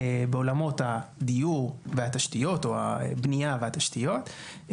בעולמות הדיור והתשתיות או הבנייה והתשתיות,